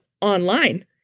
online